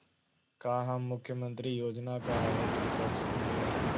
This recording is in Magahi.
का हम मुख्यमंत्री योजना ला आवेदन कर सकली हई?